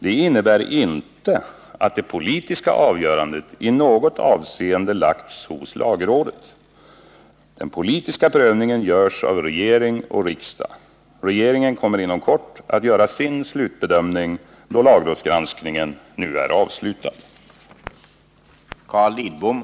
Det innebär inte att det politiska avgörandet i något avseende lagts hos lagrådet. Den politiska prövningen görs av regering och riksdag. Regeringen kommer inom kort att göra sin Nr 24 slutbedömning då lagrådsgranskningen nu är avslutad. Torsdagen den